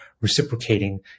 reciprocating